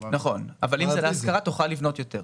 או --- נכון אבל אם זה להשכרה תוכל לבנות יותר.